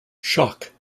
shock